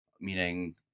meaning